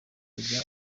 kujya